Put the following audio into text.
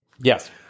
Yes